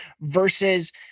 versus